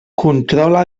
controla